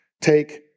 take